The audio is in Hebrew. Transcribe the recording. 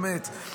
באמת,